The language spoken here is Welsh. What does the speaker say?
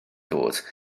dod